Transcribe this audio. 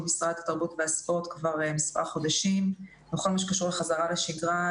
משרד התרבות והספורט כבר מספר חודשים בכל מה שקשור לחזרה לשגרה.